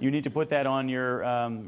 you need to put that on your